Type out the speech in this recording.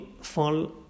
fall